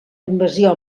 invasió